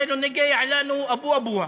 זה נוגע לנו אבו אבוהא,